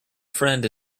friend